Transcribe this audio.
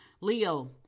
Leo